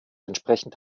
entsprechend